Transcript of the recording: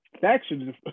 Factions